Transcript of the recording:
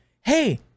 Hey